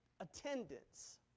Attendance